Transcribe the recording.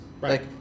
Right